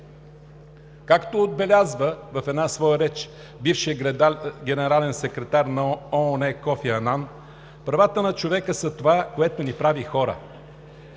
Както отбелязва в една своя реч бившият генерален секретар на ООН Кофи Анан, правата на човека са това, което ни прави хора,